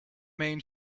main